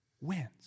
wins